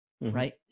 right